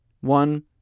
one